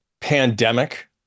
pandemic